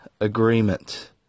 agreement